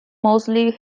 mostly